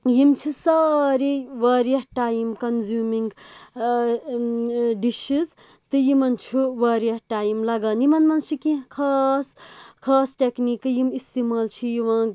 یِم چھ سارے واریاہ ٹایم کَنزِیومِنگ ڈِشِز تہٕ یِمَن چھُ واریاہ ٹایم لَگان یِمَن منٛز چھ کیٚنٛہہ خاص خاص ٹیٚکنیکہٕ یِم اِستعمال چھ یِوان